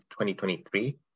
2023